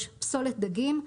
פסולת דגים,